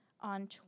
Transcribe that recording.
on